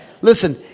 Listen